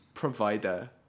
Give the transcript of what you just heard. Provider